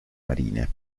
marine